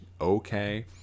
Okay